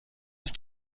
ist